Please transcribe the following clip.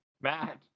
Matt